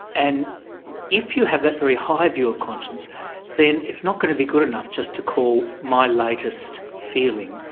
and if you have that very high view of conscience then it's not going to be good enough just to call my latest feeling,